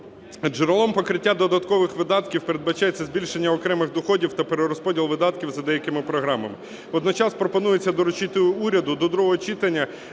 Джерелом покриття додаткових видатків передбачається збільшення окремих доходів та перерозподіл видатків за деякими програмами. Водночас пропонується доручити уряду до другого читання